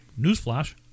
Newsflash